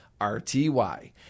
RTY